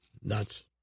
nuts